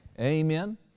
Amen